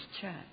church